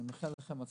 אני מאחל לכם הצלחה.